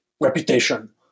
reputation